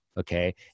okay